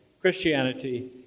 Christianity